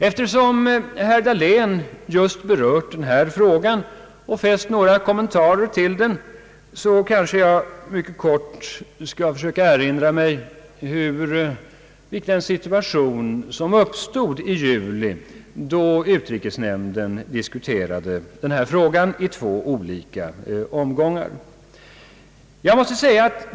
Då herr Dahlén just berört denna fråga och fäst några kommentarer till den, skall jag också mycket kort erinra om den situation som uppstod i juli, då utrikesnämnden diskuterade denna fråga i två olika omgångar.